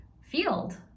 field